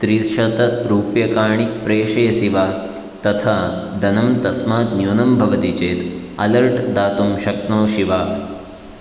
त्रिशतरूप्यकाणि प्रेषयसि वा तथा धनं तस्मात् न्यूनं भवति चेत् आलर्ट् दातुं शक्नोषि वा